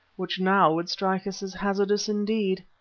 which now would strike us as hazardous indeed.